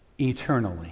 eternally